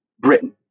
Britain